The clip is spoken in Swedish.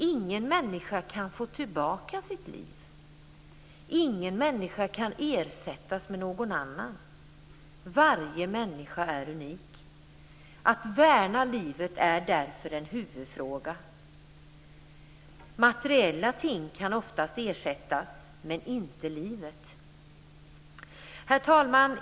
Ingen människa kan få tillbaka sitt liv. Ingen människa kan ersättas med någon annan. Varje människa är unik. Att värna livet är därför en huvudfråga. Materiella ting kan oftast ersättas, men inte livet. Herr talman!